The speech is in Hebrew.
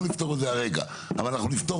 לא נפתור את זה כרגע אבל אנחנו נפתור